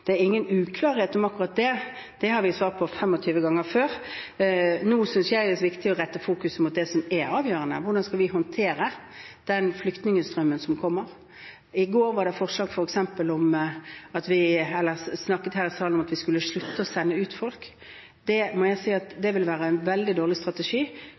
Det er ingen uklarhet om akkurat det – det har vi svart på 25 ganger før. Nå synes jeg det er viktig å rette fokuset mot det som er avgjørende: hvordan vi skal håndtere den flyktningstrømmen som kommer. I går snakket vi her i salen om at vi skulle slutte å sende ut folk. Det må jeg si vil være en veldig dårlig strategi